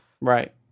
Right